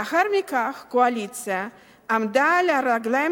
לאחר מכן הקואליציה עמדה על הרגליים